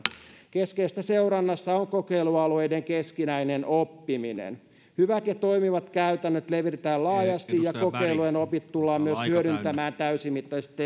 keskeistä seurannassa on kokeilualueiden keskinäinen oppiminen hyvät ja toimivat käytännöt levitetään laajasti ja kokeilujen opit tullaan myös hyödyntämään täysimittaisesti